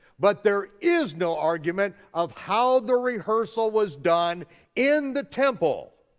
but there is no argument of how the rehearsal was done in the temple.